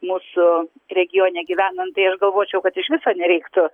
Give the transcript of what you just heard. mūsų regione gyvenant tai aš galvočiau kad iš viso nereiktų